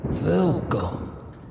Welcome